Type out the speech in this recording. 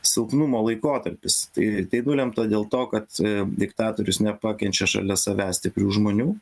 silpnumo laikotarpis tai tai nulemta dėl to kad diktatorius nepakenčia šalia savęs stiprių žmonių